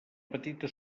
petita